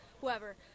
whoever